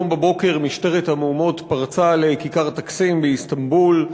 היום בבוקר משטרת המהומות פרצה לכיכר טקסים באיסטנבול.